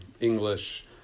English